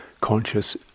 conscious